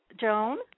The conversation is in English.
Joan